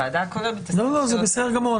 זה בסדר גמור.